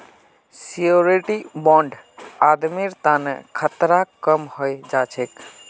surety bond आदमीर तना खतरा कम हई जा छेक